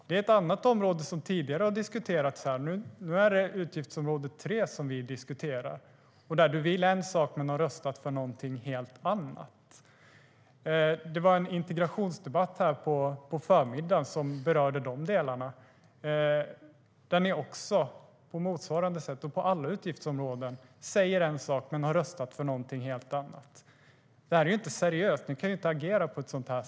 Det är ett utgiftsområde som diskuterats tidigare i kammaren. Nu diskuterar vi utgiftsområde 3 där du vill en sak men har röstat för någonting helt annat. Det var en integrationsdebatt i kammaren på förmiddagen som berörde de delarna. Där säger ni på motsvarande sätt en sak men har röstat för någonting helt annat. Det gäller alla utgiftsområden. Det här är inte seriöst. Ni kan inte agera på ett sådant sätt.